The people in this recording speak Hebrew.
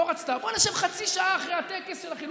לא רצתה, בוא נשב חצי שעה אחרי הטקס של החילופים.